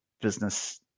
business